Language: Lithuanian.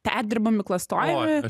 perdirbami klastojami